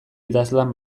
idazlan